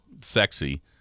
sexy